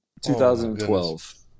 2012